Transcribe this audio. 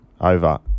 over